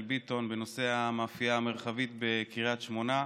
ביטון בנושא המאפייה המרחבית בקריית שמונה.